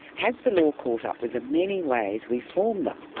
has the law caught up with the many ways we form them?